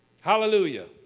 Hallelujah